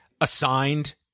assigned